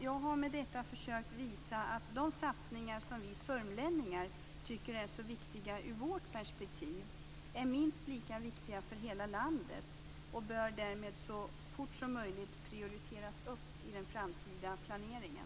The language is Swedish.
Jag har med detta försökt visa att de satsningar som vi sörmlänningar tycker är så viktiga ur vårt perspektiv är minst lika viktiga för hela landet och att de därmed så fort som möjligt bör prioriteras i den framtida planeringen.